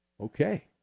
Okay